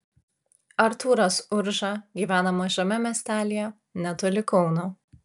artūras urža gyvena mažame miestelyje netoli kauno